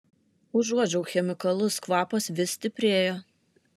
užuodžiau chemikalus kvapas vis stiprėjo